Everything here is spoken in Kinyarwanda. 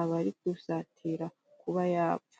aba ari gusatira kuba yapfa.